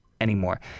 anymore